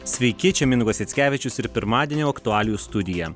sveiki čia mindaugas jackevičius ir pirmadienio aktualijų studija